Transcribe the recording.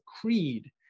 creed